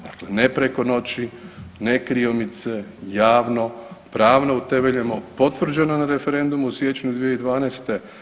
Dakle, ne preko noći, ne kriomice, javno, pravno utemeljeno, potvrđeno na referendumu u siječnju 2012.